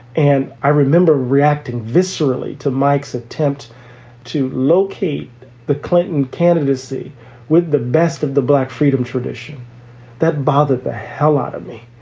and i remember reacting viscerally to mike's attempt to locate the clinton candidacy with the best of the black freedom tradition that bothered the hell out of me,